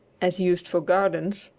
as used for gardens,